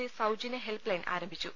E സൌജന്യ help line ആരംഭിച്ചു